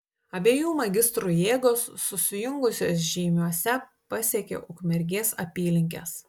abiejų magistrų jėgos susijungusios žeimiuose pasiekė ukmergės apylinkes